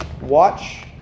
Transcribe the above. Watch